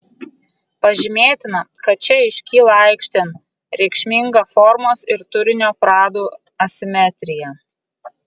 pažymėtina kad čia iškyla aikštėn reikšminga formos ir turinio pradų asimetrija